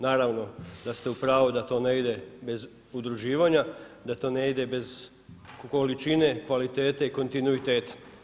Naravno da ste u pravu da to ne ide bez udruživanja, da to ne ide bez količine, kvalitete i kontinuiteta.